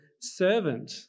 servant